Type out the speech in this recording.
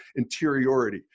interiority